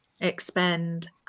expend